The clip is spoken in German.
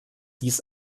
dies